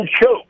choke